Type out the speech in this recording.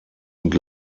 und